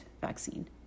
vaccine